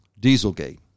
Dieselgate